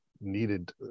needed